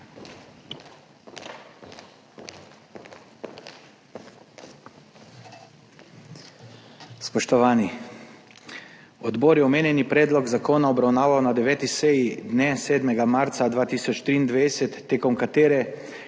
Spoštovani! Odbor je omenjeni predlog zakona obravnaval na 9. seji dne 7. marca 2023, na kateri